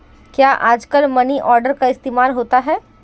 क्या आजकल money order का इस्तेमाल होता है?